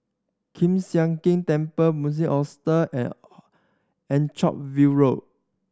Kiew Sian King Temple Hostel and All Anchorvale Road